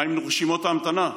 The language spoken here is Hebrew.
ומה עם רשימות ההמתנה?